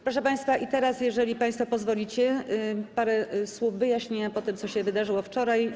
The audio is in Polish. Proszę państwa, jeżeli państwo pozwolicie, parę słów wyjaśnienia po tym, co się wydarzyło wczoraj.